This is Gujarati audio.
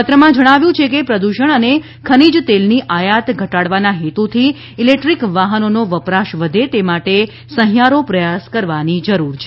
પત્રમાં જણાવ્યું છે કે પ્રદૂષણ અને ખનીજ તેલની આયાત ઘટાડવાના હેતુથી ઇલેક્ટ્રીક વાહનોનો વપરાશ વધે તે માટે સહિયારો પ્રયાસ કરવાની જરૂર છે